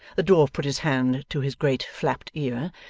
the dwarf put his hand to his great flapped ear,